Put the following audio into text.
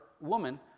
Woman